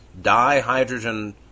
dihydrogen